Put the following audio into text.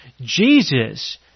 Jesus